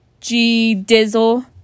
G-Dizzle